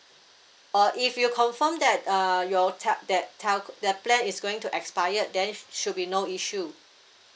or if you confirm that uh your tel~ that tel~ uh the plan is going to expired then should be no issue